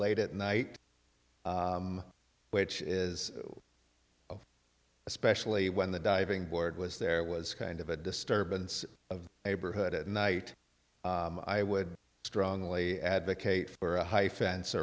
late at night which is especially when the diving board was there was kind of a disturbance of the neighborhood at night i would strongly advocate for a high fence